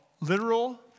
Literal